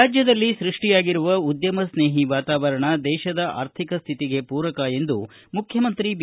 ರಾಜ್ವದಲ್ಲಿ ಸೃಷ್ಟಿಯಾಗಿರುವ ಉದ್ದಮ ಸ್ನೇಟಿ ವಾತಾವರಣ ದೇಶದ ಅರ್ಥಿಕ ಸ್ಟಿತಿಗೆ ಪೂರಕ ಎಂದು ಮುಖ್ಯಮಂತ್ರಿ ಬಿ